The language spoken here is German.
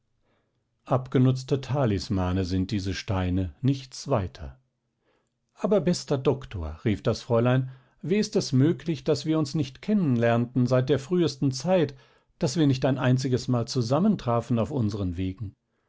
abgenutzte talismane sind diese steine nichts weiter aber bester doktor rief das fräulein wie ist es möglich daß wir uns nicht kennen lernten seit der frühesten zeit daß wir nicht ein einziges mal zusammentrafen auf unseren wegen